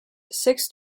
six